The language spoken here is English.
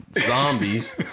zombies